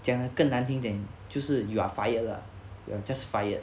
讲得更难听一点就是 you are fired lah you are just fired